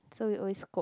so we always